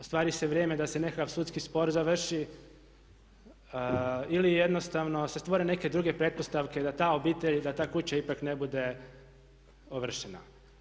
Ostvari se vrijeme da se nekakav sudski spor završi ili jednostavno se stvore neke druge pretpostavke da ta obitelj, da ta kuća ipak ne bude ovršena.